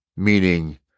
Meaning